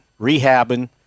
rehabbing